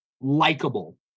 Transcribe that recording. likable